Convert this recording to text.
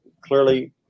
clearly